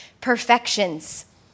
perfections